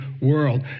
world